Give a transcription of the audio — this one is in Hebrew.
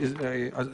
זו